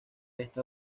esta